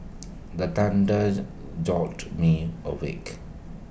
the thunders jolt me awake